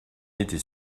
était